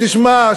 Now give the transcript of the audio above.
תשמע,